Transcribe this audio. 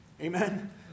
Amen